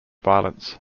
violence